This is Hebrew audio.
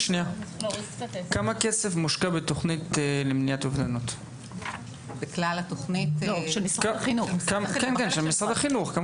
כמה כסף מושקע בתוכנית למניעת אובדנות של משרד החינוך?